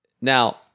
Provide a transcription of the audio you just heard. now